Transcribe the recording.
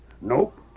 Nope